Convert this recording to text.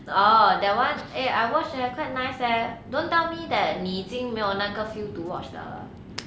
orh that [one] eh I watch quite nice eh don't tell me that 你已经没有那个 feel to watch 了 ah